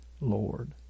Lord